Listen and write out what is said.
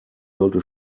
sollte